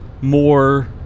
more